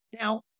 Now